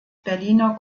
berliner